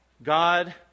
God